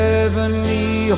Heavenly